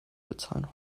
bezahlen